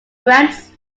grants